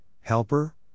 helper